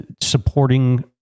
supporting